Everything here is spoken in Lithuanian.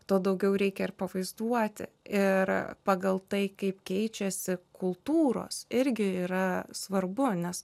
tuo daugiau reikia ir pavaizduoti ir pagal tai kaip keičiasi kultūros irgi yra svarbu nes